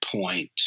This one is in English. point